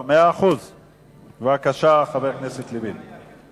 בבקשה, חבר הכנסת לוין.